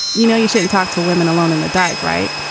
you know you shouldn't talk to women alone in the dark, right?